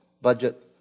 budget